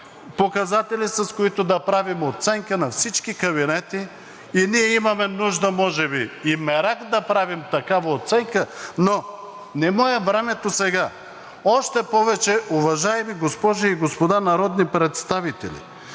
показатели, с които да правим оценка на всички кабинети. И ние имаме нужда, може би и мерак, да правим такава оценка, но не му е времето сега. Още повече, уважаеми госпожи и господа народни представители,